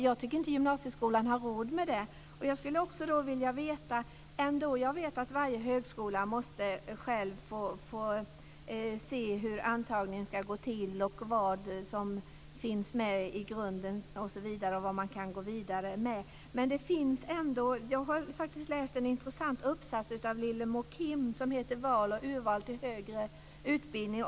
Jag tycker inte att gymnasieskolan har råd med det. Jag vet att varje högskola själv måste få bestämma hur antagningen ska gå till och vad som ska finnas med i grunden osv. Jag har läst en intressant uppsats av Lillemor Kim som heter Val och urval till högre utbildning.